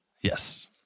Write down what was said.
Yes